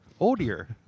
Oldier